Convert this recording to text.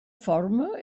forma